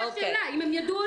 זו השאלה, אם הם ידעו או לא.